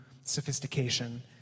sophistication